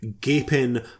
gaping